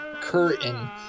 curtain